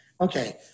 Okay